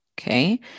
okay